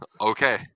okay